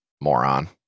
Moron